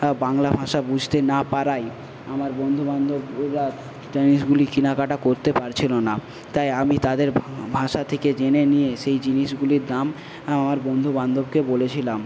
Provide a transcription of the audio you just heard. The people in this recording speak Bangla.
বাংলা ভাষা বুঝতে না পারায় আমার বন্ধুবান্ধব ওরা জিনিসগুলি কেনাকাটা করতে পারছিলো না তাই আমি তাদের ভাষা থেকে জেনে নিয়ে সেই জিনিসগুলির দাম আমার বন্ধুবান্ধবকে বলেছিলাম